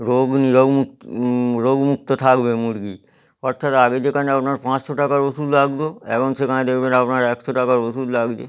রোগ নিরামু রোগমুক্ত থাকবে মুরগি অর্থাৎ আগে যেখানে আপনার পাঁচশো টাকার ওষুধ লাগতো এখন সেখানে দেখবেন আপনার একশো টাকার ওষুধ লাগছে